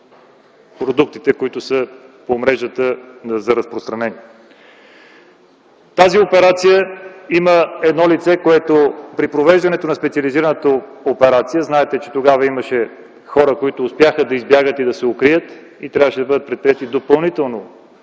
продуктите, които са по мрежата за разпространение. В тази операция има едно лице, което при провеждане на специализираната операция, знаете, че тогава имаше хора, които успяха да избягат и да се укрият и трябваше да бъдат предприети допълнително